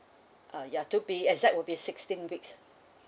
uh ya to be exact will be sixteen weeks